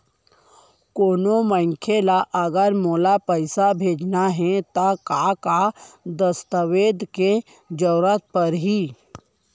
कोनो मनखे ला अगर मोला पइसा भेजना हे ता का का दस्तावेज के जरूरत परही??